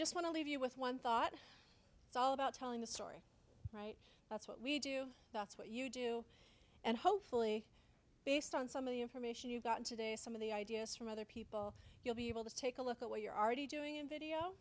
just want to leave you with one thought it's all about telling the story right that's what we do that's what you do and hopefully based on some of the information you got today some of the ideas from other people you'll be able to take a look at what you're already doing in video